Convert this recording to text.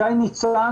שי ניצן,